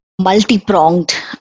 multi-pronged